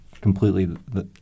completely